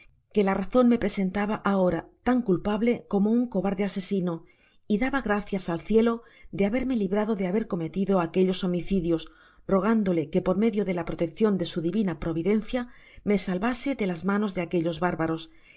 que la razon me presentaba ahora tan culpable como un cobarde asesino y daba gracias al cielo de haberme librado de haber cometido aquellos homicidios rogándole que por medio de la proteccion de su divina providencia me salvase de las manos de aquellos bárbaros y